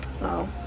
No